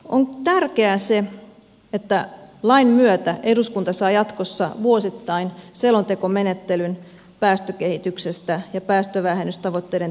on tärkeää se että lain myötä eduskunta saa jatkossa vuosittain selontekomenettelyn päästökehityksestä ja päästövähennystavoitteiden toteutumisesta